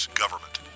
government